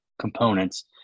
components